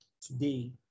today